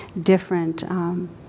different